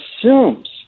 assumes